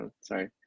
sorry